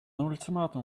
ultimatum